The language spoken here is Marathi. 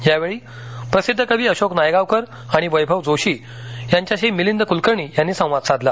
यावेळी प्रसिद्ध कवी अशोक नायगावकर आणि वैभव जोशी यांच्याशी मिलिंद कुलकर्णी यांनी संवाद साधला